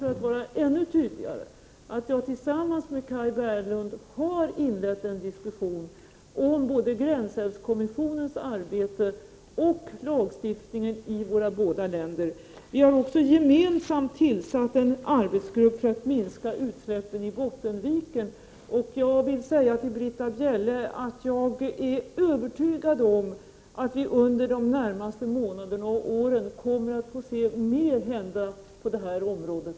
För att vara ännu tydligare vill jag säga att jag tillsammans med Kaj Bärlund har inlett en diskussion om såväl gränsälvskommissionens arbete som lagstiftningen i våra båda länder. Vi har också gemensamt tillsatt en arbetsgrupp för att minska utsläppen i Bottenviken. Till Britta Bjelle vill jag säga att jag är övertygad om att vi under de närmaste månaderna och åren dess bättre kommer att få se mycket mer hända på det här området.